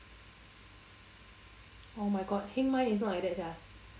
oh my god heng mine is not like that sia